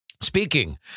Speaking